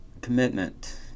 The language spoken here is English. commitment